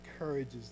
encourages